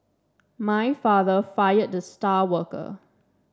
my father fired the star worker